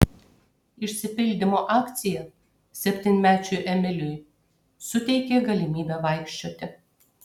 išsipildymo akcija septynmečiui emiliui suteikė galimybę vaikščioti